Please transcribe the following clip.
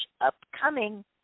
upcoming